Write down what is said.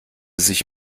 sich